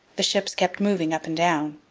the ships kept moving up and down,